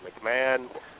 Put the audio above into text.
McMahon